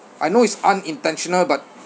I know it's unintentional but